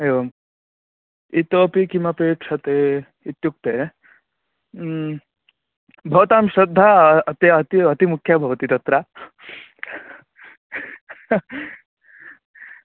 एवम् इतोपि किमपेक्षते इत्युक्ते भवतां श्रद्धा अत्य अति अति मुख्या भवति तत्र